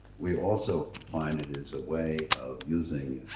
we also find it is a way of using,